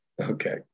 Okay